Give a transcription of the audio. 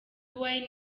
wine